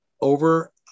over